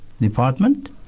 Department